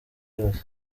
yose